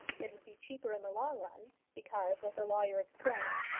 it would be cheaper in the long-run because, as the lawyer explained,